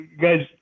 guys